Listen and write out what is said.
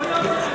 יכול להיות,